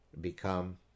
become